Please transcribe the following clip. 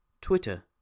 Twitter